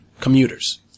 commuters